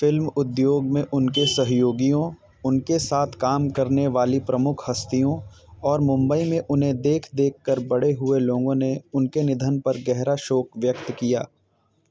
film उद्योग में उनके सहयोगियों उनके साथ काम करने वाली प्रमुख हस्तियों और मुंबई में उन्हें देख देख कर बड़े हुए लोगों ने उनके निधन पर गहरा शोक व्यक्त किया